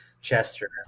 Chester